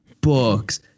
books